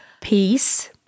peace